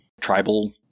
tribal